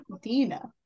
Dina